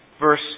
verse